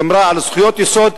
שמרה על זכויות יסוד,